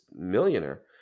millionaire